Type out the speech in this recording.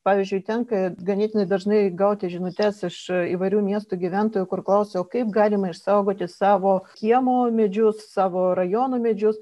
pavyzdžiui tenka ganėtinai dažnai gauti žinutes iš įvairių miestų gyventojų kur klausia o kaip galima išsaugoti savo kiemo medžius savo rajonų medžius